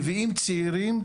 מביאים צעירים,